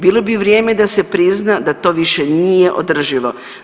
Bilo bi vrijeme da se prizna da to više nije održivo.